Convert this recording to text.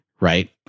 right